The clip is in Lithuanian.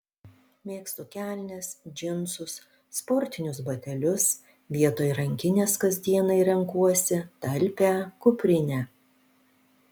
mėgstu kelnes džinsus sportinius batelius vietoj rankinės kasdienai renkuosi talpią kuprinę